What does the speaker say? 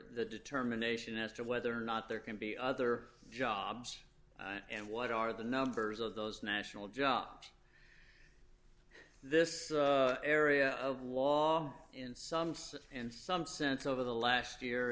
the determination as to whether or not there can be other jobs and what are the numbers of those national jobs this area of wall in some states and some sense over the last year